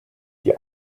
die